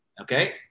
Okay